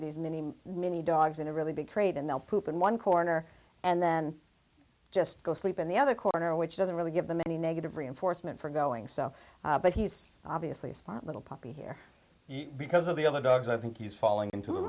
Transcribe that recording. these many many dogs in a really big trade and they'll poop in one corner and then just go sleep in the other corner which doesn't really give them any negative reinforcement for going so but he's obviously spot little puppy here because of the other dogs i think he's falling into a